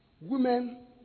Women